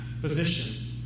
position